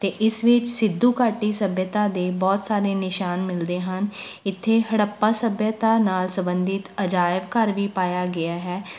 ਅਤੇ ਇਸ ਵਿੱਚ ਸਿੱਧੂ ਘਾਟੀ ਸੱਭਿਅਤਾ ਦੇ ਬਹੁਤ ਸਾਰੇ ਨਿਸ਼ਾਨ ਮਿਲਦੇ ਹਨ ਇੱਥੇ ਹੜੱਪਾ ਸੱਭਿਅਤਾ ਨਾਲ ਸੰਬੰਧਿਤ ਅਜਾਇਬ ਘਰ ਵੀ ਪਾਇਆ ਗਿਆ ਹੈ